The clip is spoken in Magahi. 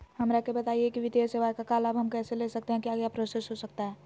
हमरा के बताइए की वित्तीय सेवा का लाभ हम कैसे ले सकते हैं क्या क्या प्रोसेस हो सकता है?